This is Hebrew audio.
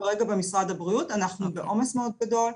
כרגע במשרד הבריאות אנחנו בעומס מאוד גדול,